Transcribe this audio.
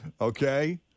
Okay